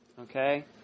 Okay